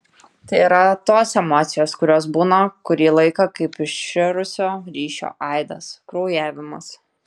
tai yra tos emocijos kurios būna kurį laiką kaip iširusio ryšio aidas kraujavimas